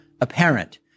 apparent